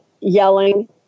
yelling